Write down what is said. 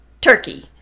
turkey